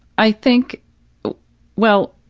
i think well,